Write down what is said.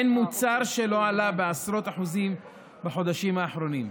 אין מוצר שלא עלה בעשרות אחוזים בחודשים האחרונים.